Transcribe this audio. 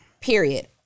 Period